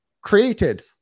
created